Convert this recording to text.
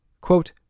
Quote